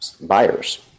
Buyers